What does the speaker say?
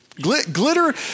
Glitter